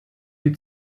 die